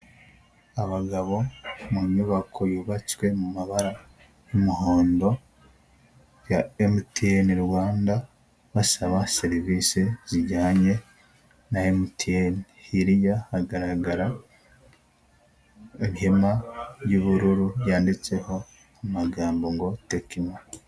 Abagabo mu nyubako yubatswe mu mabara y'umuhondo ya Emitiyene Rwanda basaba serivisi zijyanye na emitiyene, hiya hagaragara ihema ry'ubururu ryanditseho amagambo ngo Tekino.